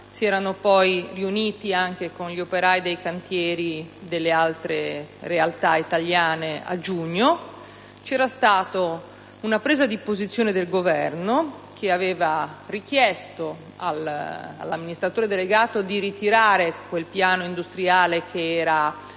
si erano riuniti anche con gli operai di cantieri di altre realtà italiane. C'era stata una presa di posizione del Governo che aveva richiesto all'amministratore delegato di ritirare il piano industriale che era